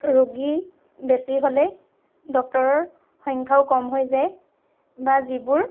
ৰোগী বেছি হ'লে ডক্তৰৰ সংখ্য়াও কম হৈ যায় বা যিবোৰ